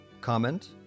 comment